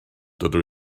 dydw